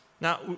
Now